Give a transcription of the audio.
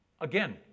again